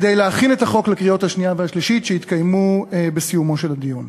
כדי להכין את החוק לקריאות השנייה והשלישית שהתקיימו בסיומו של הדיון.